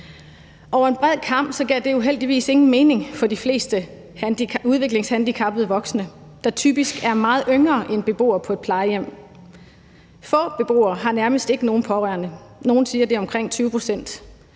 Over en bred kam gav det uheldigvis ingen mening for de fleste udviklingshandicappede voksne, der typisk er meget yngre end beboere på et plejehjem. Få beboere har nærmest ikke nogen pårørende. Nogle siger, at det er omkring 20 pct.